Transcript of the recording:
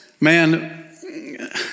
Man